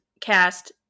cast